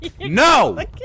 No